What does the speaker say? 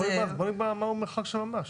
בואו נקבע מה הוא מרחק של ממש.